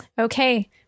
okay